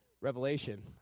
Revelation